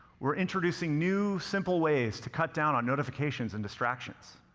we're introducing new simple ways to cut down on notifications and distractions.